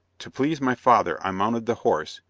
to please my father, i mounted the horse,